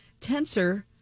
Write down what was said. tensor